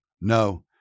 No